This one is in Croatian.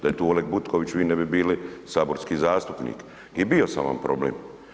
Da je tu Oleg Butković vi ne bi bili saborski zastupnik i bio sam vam problem.